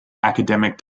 academic